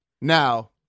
Now